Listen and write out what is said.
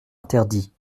interdits